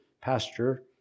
pasture